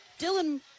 dylan